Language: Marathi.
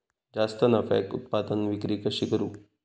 जास्त नफ्याक उत्पादन विक्री कशी करू?